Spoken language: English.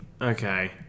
okay